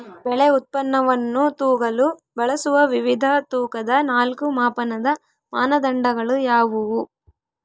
ಬೆಳೆ ಉತ್ಪನ್ನವನ್ನು ತೂಗಲು ಬಳಸುವ ವಿವಿಧ ತೂಕದ ನಾಲ್ಕು ಮಾಪನದ ಮಾನದಂಡಗಳು ಯಾವುವು?